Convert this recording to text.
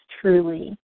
truly